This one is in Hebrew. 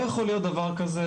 לא יכול להיות דבר כזה.